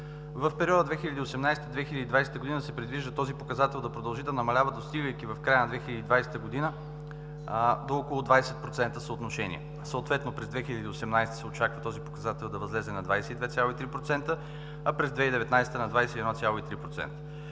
В периода 2018 – 2020 г. се предвижда този показател да продължи да намалява, достигайки в края на 2020 г. до около 20% съотношение – съответно през 2018 г. се очаква този показател да възлезе на 22,3%, а през 2019 г. – на 21,3%.